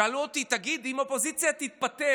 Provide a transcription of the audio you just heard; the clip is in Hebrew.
שאלו אותי: תגיד, אם האופוזיציה תתפטר,